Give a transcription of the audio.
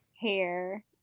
hair